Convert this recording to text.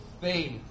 faith